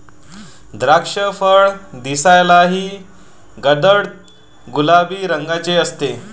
द्राक्षफळ दिसायलाही गडद गुलाबी रंगाचे असते